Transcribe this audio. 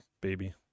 baby